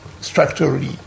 structurally